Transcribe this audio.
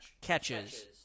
catches